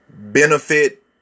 Benefit